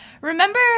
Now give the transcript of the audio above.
remember